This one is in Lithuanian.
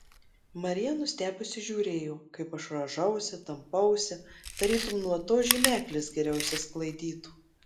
marija nustebusi žiūrėjo kaip aš rąžausi tampausi tarytum nuo to žymeklis geriau išsisklaidytų